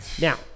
Now